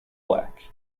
black